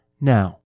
now